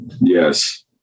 Yes